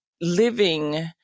living